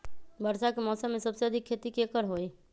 वर्षा के मौसम में सबसे अधिक खेती केकर होई?